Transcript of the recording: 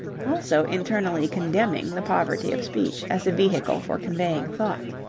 also internally condemning the poverty of speech as a vehicle for conveying thought.